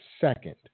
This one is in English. second